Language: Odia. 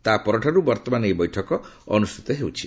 ତାପରଠାରୁ ବର୍ତ୍ତମାନ ଏହି ବୈଠକ ଅନୁଷ୍ଠିତ ହେଉଛି